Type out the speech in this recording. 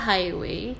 Highway